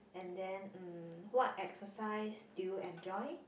and then um what exercise do you enjoy